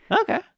Okay